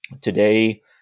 today